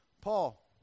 Paul